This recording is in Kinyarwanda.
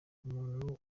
umuntu